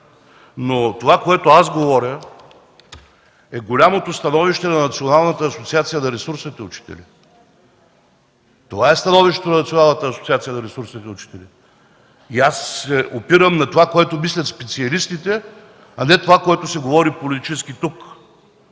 Това, което аз говоря, е голямото становище на Националната асоциация на ресурсните учители. Това е становището на Националната асоциация на ресурсните учители. И аз опирам на това, което мислят специалистите, а не това, което се говори тук политически.